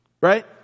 Right